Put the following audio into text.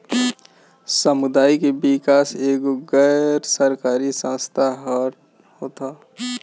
सामुदायिक विकास बैंक एगो गैर सरकारी संस्था होत हअ